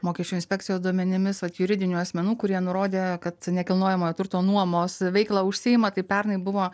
mokesčių inspekcijos duomenimis vat juridinių asmenų kurie nurodė kad nekilnojamojo turto nuomos veikla užsiima tai pernai buvo